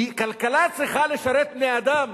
כי כלכלה צריכה לשרת בני-אדם,